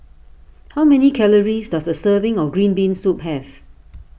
how many calories does a serving of Green Bean Soup have